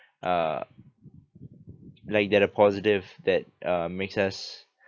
uh like that are positive that uh makes us